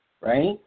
right